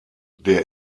der